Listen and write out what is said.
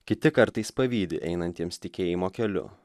kiti kartais pavydi einantiems tikėjimo keliu